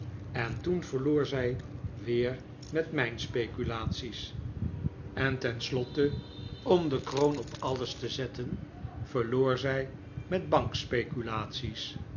en toen verloor zij weer met mijnspeculaties en ten slotte om de kroon op david copperfield alles te zetten verloor zij met